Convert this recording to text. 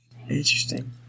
Interesting